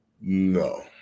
no